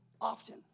often